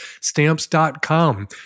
Stamps.com